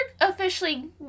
officially